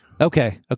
Okay